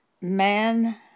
Man